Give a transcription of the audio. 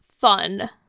fun